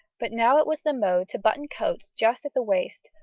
but now it was the mode to button coats just at the waist,